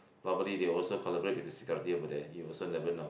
robbery they also collaborate with the over there you also never know